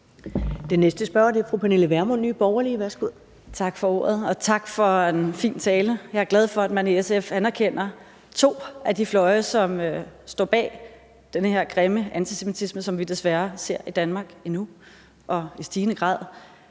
Den næste spørger er fru Pernille Vermund, Nye Borgerlige. Værsgo. Kl. 14:35 Pernille Vermund (NB): Tak for ordet, og tak for en fin tale. Jeg er glad for, at man i SF anerkender to af de fløje, som står bag den her grimme antisemitisme, som vi desværre ser i stigende grad